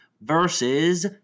versus